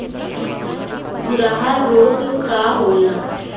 खुरहा रोग का होला?